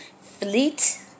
Fleet